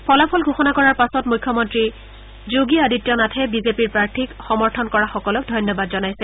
ফলাফল ঘোষণা কৰাৰ পাছত মুখ্যমন্তী যোগী আদিত্য নাথে বিজেপিৰ প্ৰাৰ্থীক সমৰ্থন কৰা সকলক তেওঁ ধন্যবাদ জনাইছে